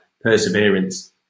perseverance